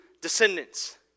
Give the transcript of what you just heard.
descendants